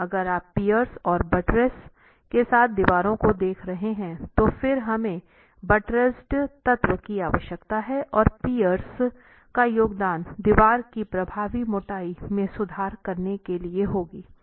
लेकिन अगर आप पिएर्स और बट्रेस के साथ दीवारों को देख रहे हैं तो फिर हमें बटरेसेड तत्व की आवश्यकता है और पिएर्स का योगदान दीवार की प्रभावी मोटाई में सुधार करने के लिए होगी